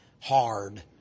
hard